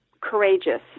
courageous